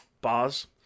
Bars